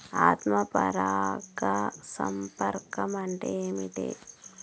ఆత్మ పరాగ సంపర్కం అంటే ఏంటి?